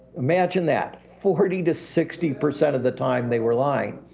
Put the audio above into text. imagine that. forty to sixty percent of the time they were lying.